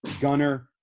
Gunner